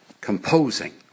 composing